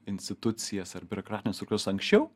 institucijas ar biurokratines struktūras anksčiau